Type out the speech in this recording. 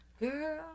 girl